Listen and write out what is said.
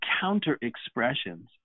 counter-expressions